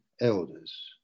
elders